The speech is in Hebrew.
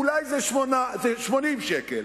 אולי זה 80 שקל.